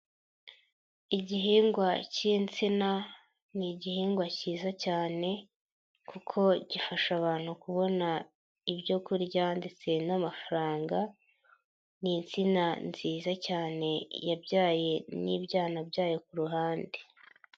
Igihingwa cy'insina ni gihingwa cyiza cyane kuko gifasha abantu kubona ibyo kurya ndetse n'amafaranga, ni nisina nziza cyane, yabyaye n'ibyana byayo ku ruhande.